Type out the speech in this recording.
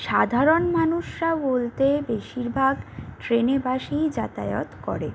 সাধারণ মানুষরা বলতে বেশিরভাগ ট্রেনে বাসেই যাতায়ত করে